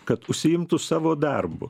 kad užsiimtų savo darbu